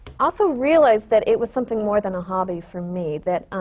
also realized that it was something more than a hobby for me, that